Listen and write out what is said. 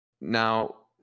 now